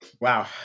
Wow